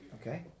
Okay